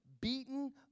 beaten